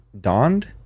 donned